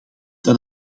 dat